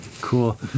Cool